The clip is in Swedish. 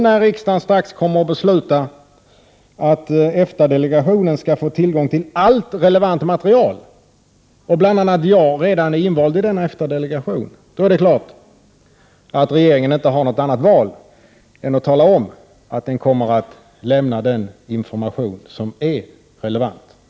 När nu riksdagen strax kommer att besluta att EFTA-delegationen kommer att få tillgång till allt relevant material — och bl.a. jag redan är invald i denna EFTA-delegation — har regeringen uppenbarligen inte något annat val än att tala om att den kommer att lämna den information som är relevant.